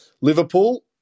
Liverpool